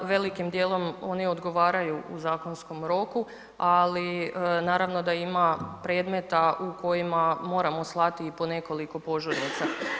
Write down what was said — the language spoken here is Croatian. Velikim dijelom oni odgovaraju u zakonskom roku, ali naravno da ima predmeta u kojima moramo slati i po nekoliko požurnica.